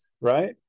right